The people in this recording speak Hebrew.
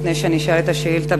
לפני שאני אשאל את השאילתה,